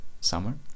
Summer